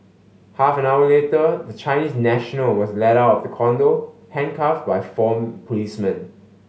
half an hour later the Chinese national was led out of the condo handcuffed by four policemen